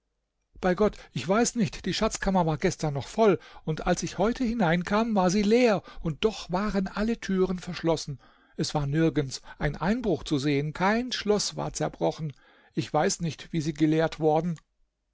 bei gott ich weiß nicht die schatzkammer war gestern noch voll und als ich heute hineinkam war sie leer und doch waren alle türen verschlossen es war nirgends ein einbruch zu sehen kein schloß war zerbrochen ich weiß nicht wie sie geleert worden